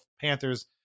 Panthers